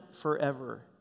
forever